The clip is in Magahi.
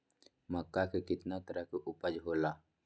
मक्का के कितना तरह के उपज हो ला?